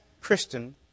Christian